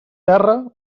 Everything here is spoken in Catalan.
terra